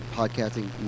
podcasting